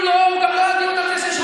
אדוני היושב-ראש, על מה הדיון הוא לא?